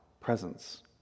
presence